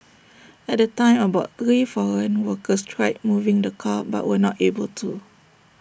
at the time about three foreign workers tried moving the car but were not able to